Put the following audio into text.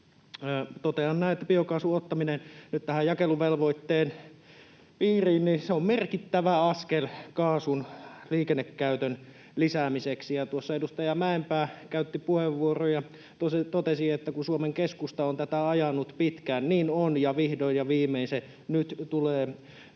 totean, että biokaasun ottaminen nyt tähän jakeluvelvoitteen piiriin on merkittävä askel kaasun liikennekäytön lisäämiseksi. Tuossa edustaja Mäenpää käytti puheenvuoron ja totesi, että Suomen Keskusta on tätä ajanut pitkään, ja niin on, ja vihdoin ja viimein se tulee nyt